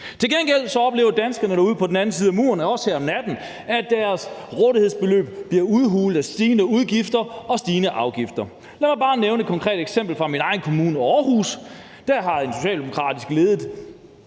Til gengæld oplever danskerne derude på den anden side af muren og også her om natten, at deres rådighedsbeløb bliver udhulet af stigende udgifter og stigende afgifter. Lad mig bare nævne et konkret eksempel fra min egen kommune, Aarhus. Derovre har en socialdemokratisk